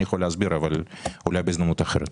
אני יכול להסביר, אבל אולי בהזדמנות אחרת.